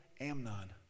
Amnon